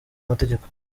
amategeko